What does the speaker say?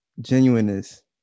genuineness